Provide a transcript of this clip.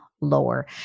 Lower